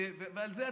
ועל זה,